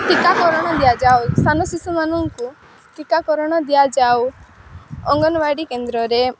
ଟିକାକରଣ ଦିଆଯାଉ ସାନ ଶିଶୁମାନଙ୍କୁ ଟିକାକରଣ ଦିଆଯାଉ ଅଙ୍ଗନବାଡ଼ି କେନ୍ଦ୍ରରେ